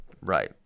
Right